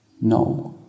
No